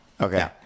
okay